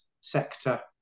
sector